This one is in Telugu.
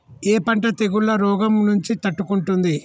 ఏ పంట తెగుళ్ల రోగం నుంచి తట్టుకుంటుంది?